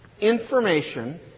Information